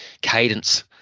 cadence